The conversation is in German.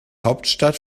hauptstadt